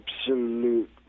absolute